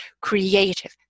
creative